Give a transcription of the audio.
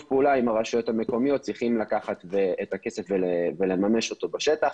פעולה עם הרשויות המקומיות צריכים לקחת את הכסף ולממש אותו בשטח.